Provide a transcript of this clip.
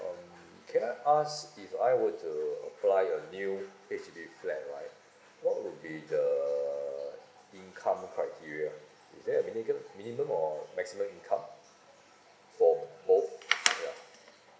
um can I ask I if I were to apply a new H_D_B flat right what would be the income criteria is there a minimum minimum or maximum income for both ya